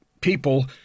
people